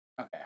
Okay